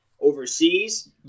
overseas